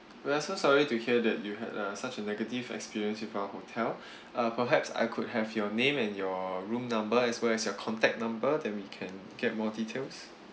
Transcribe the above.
we are so sorry to hear that you had a such a negative experience with our hotel uh perhaps I could have your name and your room number as well as your contact number then we can get more details